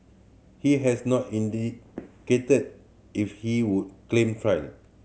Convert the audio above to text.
he has not indicated if he would claim trial